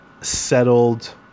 settled